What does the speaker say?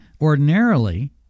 ordinarily